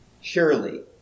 surely